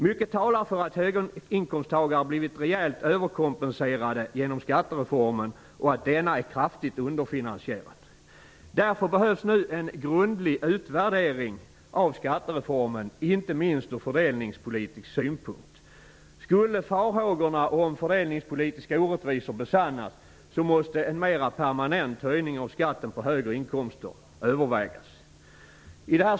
Mycket talar för att höginkomsttagare blivit rejält överkompenserade genom skattereformen och att denna är kraftigt underfinansierad. Därför behövs nu en grundlig utvärdering av skattereformen, inte minst från fördelningspolitisk synpunkt. Skulle farhågorna om fördelningspolitiska orättvisor besannas måste en mer permanent höjning av skatten på högre inkomster övervägas.